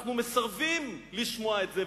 אנחנו מסרבים לשמוע את זה,